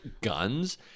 guns